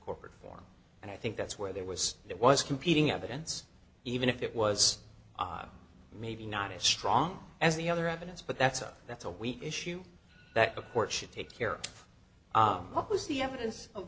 corporate form and i think that's where there was it was competing evidence even if it was maybe not as strong as the other evidence but that's a that's a weak issue that the court should take care of what was the evidence of